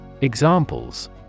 Examples